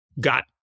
got